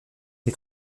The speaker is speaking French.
les